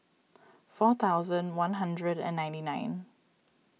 four thousand one hundred and ninety nine